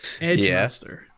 Edgemaster